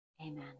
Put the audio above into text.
Amen